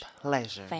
pleasure